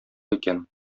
икән